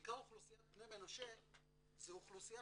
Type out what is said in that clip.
בעיקר אוכלוסיית בני מנשה זו אוכלוסייה